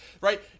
right